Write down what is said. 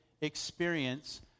experience